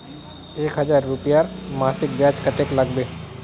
एक हजार रूपयार मासिक ब्याज कतेक लागबे?